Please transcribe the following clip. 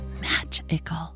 magical